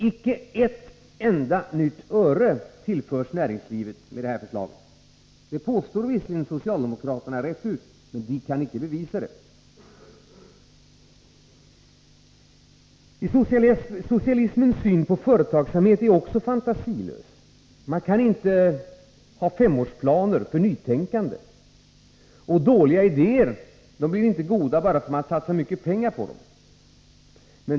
Icke ett enda nytt öre tillförs näringslivet med detta förslag. Det påstår visserligen socialdemokraterna rätt ut, men de kan icke bevisa det. Socialismens syn på företagsamhet är också fantasilös. Man kan inte ha femårsplaner för nytänkande. Och dåliga idéer blir inte goda bara för att man satsar mycket pengar på dem.